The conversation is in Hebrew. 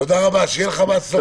תודה רבה ושיהיה לך בהצלחה אדוני.